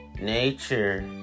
nature